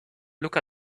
look